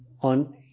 on